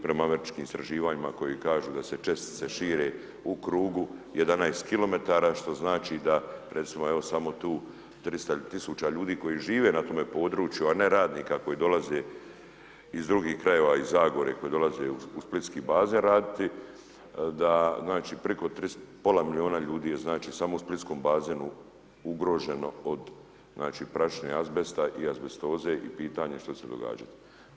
Prema američkim istraživanjima koji kažu da se čestice šire u krugu 11 km što znači da recimo evo samo tu 300 tisuća ljudi koji žive na tom području a ne radnika koji dolaze iz drugih krajeva, iz Zagore koji dolaze u splitski bazen raditi da znači preko pola milijuna ljudi je znači samo u splitskom bazenu ugroženo od prašine azbesta i azbestoze i pitanje što će se događati.